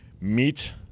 meet